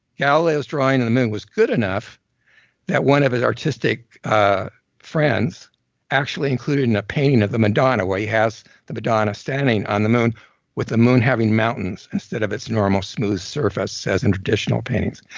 galileo's drawing of and the moon was good enough that one of his artistic ah friends actually included and a painting of the madonna while he has the madonna standing on the moon with the moon having mountains instead of its normal smooth surface as in traditional paintings.